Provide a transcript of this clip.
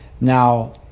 now